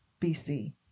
BC